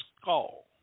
skull